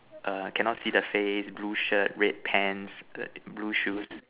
err cannot see the face blue shirt red pants blue shoes